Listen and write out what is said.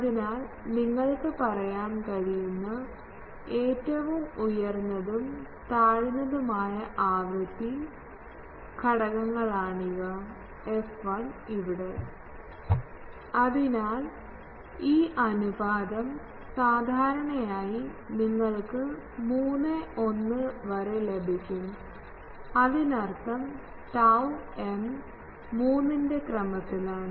അതിനാൽ നിങ്ങൾക്ക് പറയാൻ കഴിയുന്ന ഏറ്റവും ഉയർന്നതും താഴ്ന്നതുമായ ആവൃത്തി ഘടകങ്ങളാണിവf 1 f 1 ഇവിടെ അതിനാൽ ഈ അനുപാതം സാധാരണയായി നിങ്ങൾക്ക് 3 1 വരെ ലഭിക്കും അതിനർത്ഥം tau m 3 ന്റെ ക്രമത്തിലാണ്